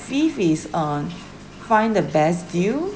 fifth is on find the best deal